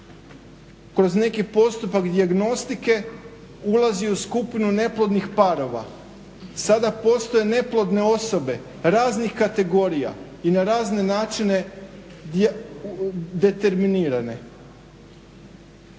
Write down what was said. kroz neki postupak dijagnostike ulazi u skupinu neplodnih parova. Sada postoje neplodne osobe raznih kategorija i na razne načine determinirane.